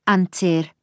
Antir